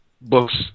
books